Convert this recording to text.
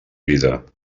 vida